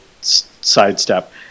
sidestep